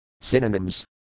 Synonyms